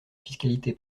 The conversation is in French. fiscalité